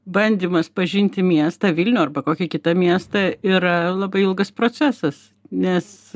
bandymas pažinti miestą vilnių arba kokį kitą miestą yra labai ilgas procesas nes